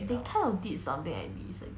they kind of did something like this I think